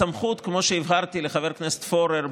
כמו שהבהרתי לחבר הכנסת פורר,